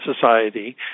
Society